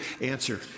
Answer